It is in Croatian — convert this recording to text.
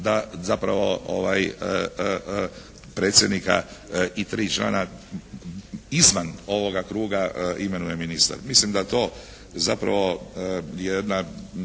da zapravo predsjednika i tri člana izvan ovoga kruga imenuje ministar. Mislim da to zapravo je to jedna